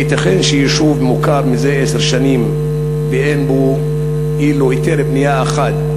הייתכן שיישוב מוכר מזה עשר שנים ואין בו ולו היתר בנייה אחד,